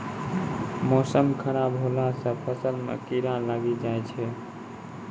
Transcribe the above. मौसम खराब हौला से फ़सल मे कीड़ा लागी जाय छै?